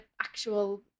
actual